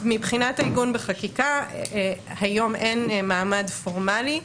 העיגון בחקיקה היום אין מעמד פורמלי.